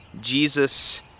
Jesus